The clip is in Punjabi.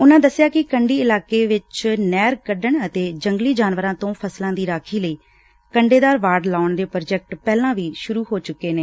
ਉਨਾਂ ਦਸਿਆ ਕਿ ਕੰਢੀ ਇਲਾਕੇ ਵਿਚ ਨਹਿਰ ਕੱਢਣ ਅਤੇ ਜੰਗਲੀ ਜਾਨਵਰਾਂ ਤੋਂ ਫਸਲਾਂ ਦੀ ਰਾਖੀ ਲਈ ਕੰਡੇਦਾਰ ਵਾੜ ਲਗਾਊਣ ਦੇ ਪ੍ਰਾਜੈਕਟ ਪਹਿਲਾ ਹੀ ਸੂਰੂ ਹੋ ਚੁੱਕੇ ਨੇ